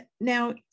Now